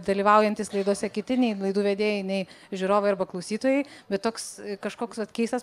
dalyvaujantys laidose kiti nei laidų vedėjai nei žiūrovai arba klausytojai bet toks kažkoks vat keistas